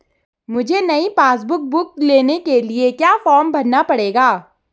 मुझे नयी passbook book लेने के लिए क्या फार्म भरना पड़ेगा?